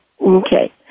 Okay